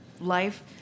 life